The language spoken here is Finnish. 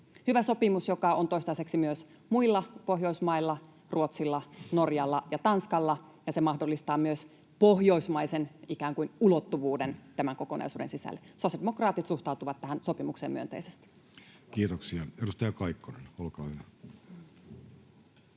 Hyvä sopimus, joka on toistaiseksi myös muilla Pohjoismailla, Ruotsilla, Norjalla ja Tanskalla, ja se mahdollistaa myös ikään kuin pohjoismaisen ulottuvuuden tämän kokonaisuuden sisällä. Sosiaalidemokraatit suhtautuvat tähän sopimukseen myönteisesti. Kiitoksia. — Edustaja Kaikkonen, olkaa